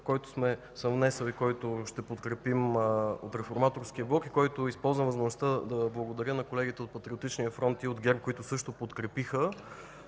който съм внесъл и който ще подкрепим от Реформаторския блок – използвам възможността да благодаря на колегите от Патриотичния фронт и от ГЕРБ, които също подкрепиха,